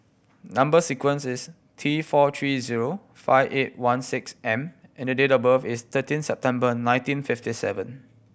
number sequence is T four three zero five eight one six M and the date of birth is thirteen September nineteen fifty seven